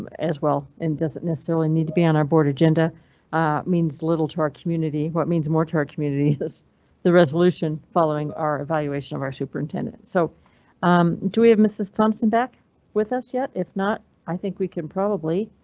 um as well and doesn't necessarily need to be on our board agenda ah means little to our community. what means more to our community is the resolution following our evaluation of our superintendent. so do we have mrs thompson back with us yet? if not, i think we can probably.